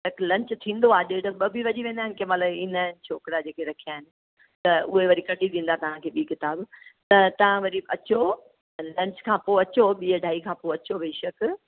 lunch थींदो आहे ॾेढु ॿ बि वॼी वेंदा आहिनि कंहिं महिल ईंदा आहिनि छोकिरा जेके रखिया आहिनि त उहे वरी कॾहिं ॾींदा तव्हांखे ॿीं किताबु त तव्हां वरी अचो पर लंच खां पोइ अचो ॿीं अढाई खां पोइ अचो बेशक